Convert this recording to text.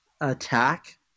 attack